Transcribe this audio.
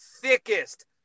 thickest